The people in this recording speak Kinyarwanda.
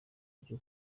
buryo